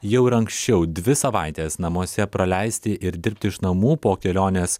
jau ir anksčiau dvi savaites namuose praleisti ir dirbti iš namų po kelionės